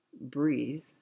Breathe